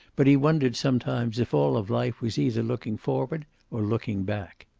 but he wondered some times if all of life was either looking forward or looking back.